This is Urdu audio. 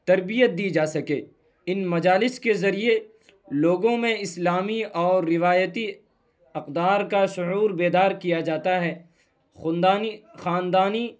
تربیت دی جا سکے ان مجالس کے ذریعے لوگوں میں اسلامی اور روایتی اقدار کا شعور بیدار کیا جاتا ہے خاندانی خاندانی